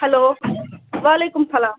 hello وعلیکُم السلام